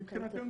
מבחינתנו,